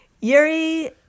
Yuri